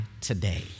today